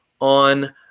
on